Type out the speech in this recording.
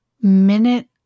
minute